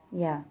ya